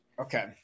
Okay